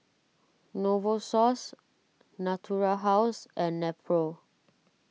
Novosource Natura House and Nepro